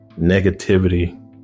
negativity